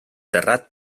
terrat